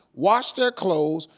wash their clothes,